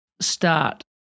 start